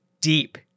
deep